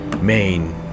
main